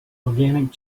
organic